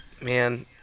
Man